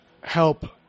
help